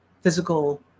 physical